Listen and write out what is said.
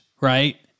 right